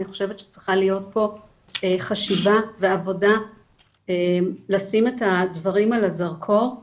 אני חושבת שצריכה להיות פה חשיבה ועבודה לשים את הדברים על הזרקור,